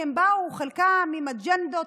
כי חלקם באו עם אג'נדות,